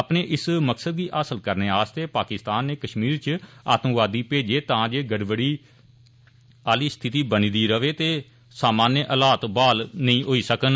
अपने इस मकसद गी हासल करने आस्तै पाकिस्तान नै कष्मीर च आतंकवादी भेजे तां जे गड़बड़ी आली स्थिति बनी र'वै ते सामान्य हालात ब्हाल नेई होई सकन